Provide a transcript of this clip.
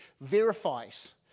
verifies